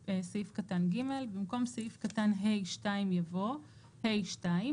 האמורה."; (ג)במקום סעיף קטן (ה2) יבוא: "(ה2)